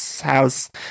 house